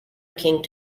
king